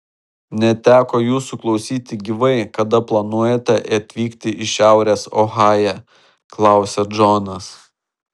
neteko jūsų klausyti gyvai kada planuojate atvykti į šiaurės ohają klausia džonas